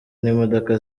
n’imodoka